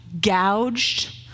gouged